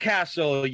Castle